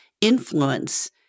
influence